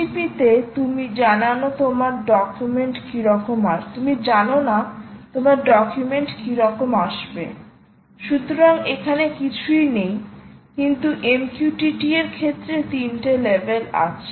HTTP তে তুমি জানোনা তোমার ডকুমেন্ট কি রকম আসবে সুতরাং এখানে কিছুই নেই কিন্তু MQTT এর ক্ষেত্রে তিনটে লেভেল আছে